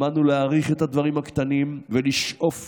למדנו להעריך את הדברים הקטנים ולשאוף